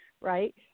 right